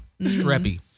streppy